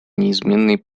неизменной